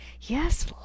yes